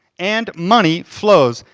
and money flows.